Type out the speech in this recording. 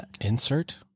insert